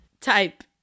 type